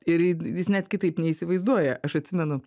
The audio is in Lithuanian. ir jis net kitaip neįsivaizduoja aš atsimenu